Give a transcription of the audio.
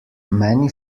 many